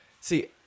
See